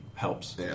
Helps